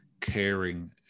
caring